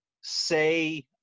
say